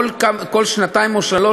כל שנתיים או שלוש,